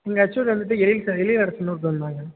எங்கள் ஹெச்ஓடி வந்துவிட்டு எழில் சார் எழிலரசன் ஒருத்தவங்க இருந்தாங்க